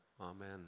Amen